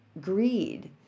greed